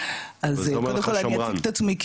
אז קודם כל אני אציג את עצמי,